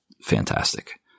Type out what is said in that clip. Fantastic